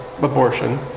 abortion